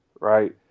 right